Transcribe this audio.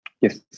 Yes